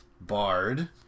Bard